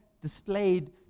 displayed